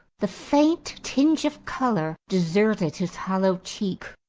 the faint tinge of colour deserted his hollow cheek,